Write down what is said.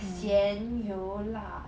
咸油辣